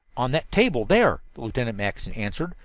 on that table there, lieutenant mackinson answered.